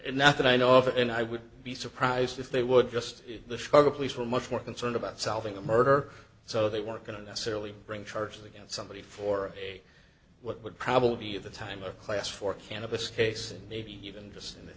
and not that i know of and i would be surprised if they would just the chicago police were much more concerned about solving a murder so they weren't going to necessarily bring charges against somebody for what would probably be the time of class for cannabis case maybe even just an